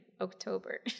October